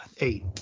eight